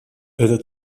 это